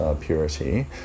purity